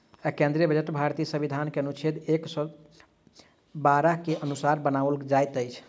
केंद्रीय बजट भारतीय संविधान के अनुच्छेद एक सौ बारह के अनुसार बनाओल जाइत अछि